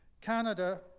Canada